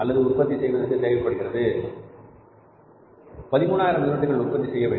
அல்லது உற்பத்தி செய்வதற்கு தேவைப்படுகிறது சரி 13000 யூனிட்டுகள் உற்பத்தி செய்ய வேண்டும்